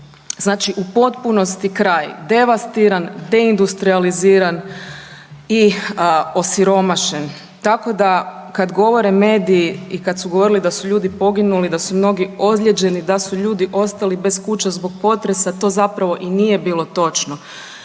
znači u potpunosti kraj devastiran, deindustrijaliziran i osiromašen. Tako da kad govore mediji i kad su govorili da su ljudi poginuli, da su mnogi ozlijeđeni, da su ljudi ostali bez kuća zbog potresa to zapravo i nije bilo točno.